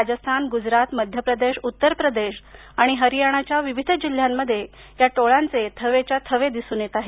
राजस्थान गुजरात मध्य प्रदेश उत्तर प्रदेश आणि हरियानाच्या विविध जिल्ह्यांमध्ये या टोळांचे थवेच्या थवे दिसून येत आहेत